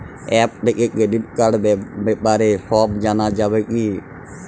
App থেকে credit কার্ডর ব্যাপারে সব জানা যাবে কি?